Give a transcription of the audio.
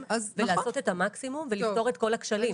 ולעשות את המקסימום ולפתור את כל הכשלים.